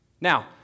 Now